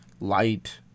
light